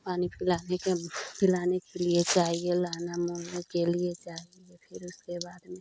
पानी पिलाने पिलाने के लिए चाहिए लाना मम्मी के लिए चाहिए फिर उसके बाद में